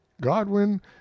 godwin